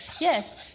Yes